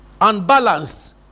unbalanced